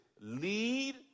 Lead